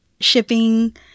shipping